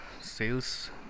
sales